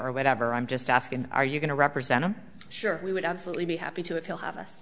or whatever i'm just asking are you going to represent i'm sure we would absolutely be happy to have he'll have us